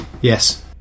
Yes